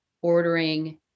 ordering